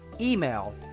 email